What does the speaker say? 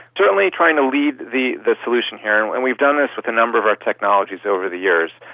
certainly trying to leave the the solution here, and and we've done this with a number of our technologies over the years.